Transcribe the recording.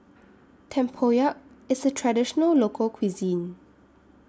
Tempoyak IS A Traditional Local Cuisine